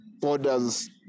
borders